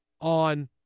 on